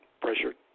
pressured